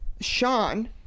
Sean